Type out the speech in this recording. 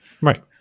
Right